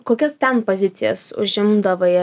kokias ten pozicijas užimdavai